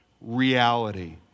reality